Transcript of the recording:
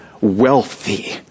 wealthy